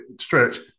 stretch